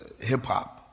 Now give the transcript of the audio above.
hip-hop